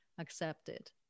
accepted